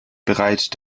bereit